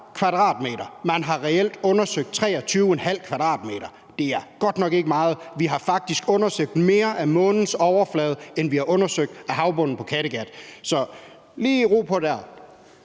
man har reelt undersøgt 23,5 m². Det er godt nok ikke meget. Vi har faktisk undersøgt mere af månens overflade, end vi har undersøgt af havbunden på Kattegat. Så jeg vil sige: